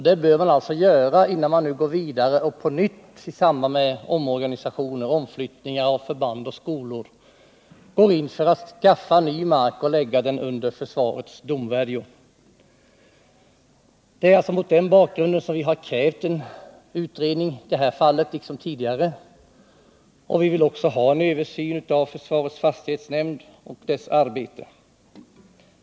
Det bör göras innan man går vidare och på nytt i samband med omorganisationer och omflyttningar av förband och skolor går in för att anskaffa ny mark och lägga den under försvarets domvärjo. Det är alltså mot denna bakgrund som vi nu, liksom vi tidigare gjort, har krävt en utredning. Vidare vill vi att en översyn av försvarets fastighetsnämnd och dess arbete skall genomföras.